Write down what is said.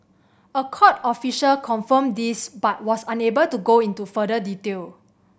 a court official confirmed this but was unable to go into further detail